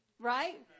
Right